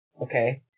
okay